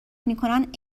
میکنند